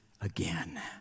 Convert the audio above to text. again